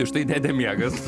štai dėdė miegas